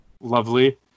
Lovely